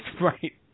Right